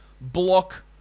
Block